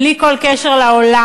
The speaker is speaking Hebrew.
בלי כל קשר לעולם.